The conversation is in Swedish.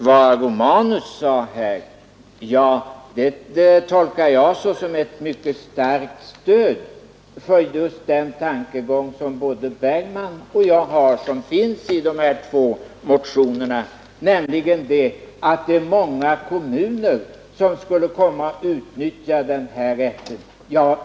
Vad herr Romanus sade här, det tolkar jag såsom ett mycket starkt stöd för just den tankegång som både herr Bergman och jag har fört fram och som finns i de två motionerna, nämligen att det är många kommuner som skulle komma att utnyttja rätten att göra en ändring.